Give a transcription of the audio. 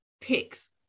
picks